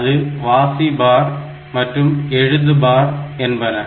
அது வாசி bar மற்றும் எழுது bar என்பன